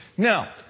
Now